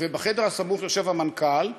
ובחדר הסמוך יושב המנכ"ל,